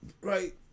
Right